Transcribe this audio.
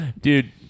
Dude